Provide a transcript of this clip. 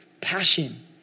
passion